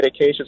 medications